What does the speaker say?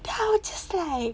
then I was just like